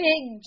Big